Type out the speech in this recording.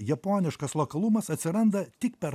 japoniškas lokalumas atsiranda tik per